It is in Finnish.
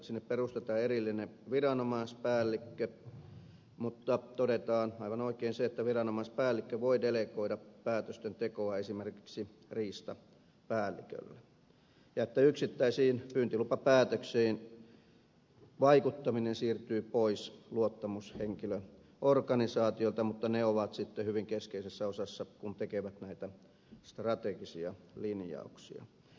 sinne perustetaan erillinen viranomaispäällikkö mutta todetaan aivan oikein että viranomaispäällikkö voi delegoida päätösten tekoa esimerkiksi riistapäällikölle ja että yksittäisiin pyyntilupapäätöksiin vaikuttaminen siirtyy pois luottamushenkilöorganisaatiolta mutta ne ovat sitten hyvin keskeisessä osassa kun tekevät näitä strategisia linjauksia